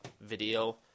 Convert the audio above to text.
video